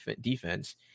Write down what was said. defense